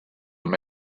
him